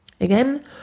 Again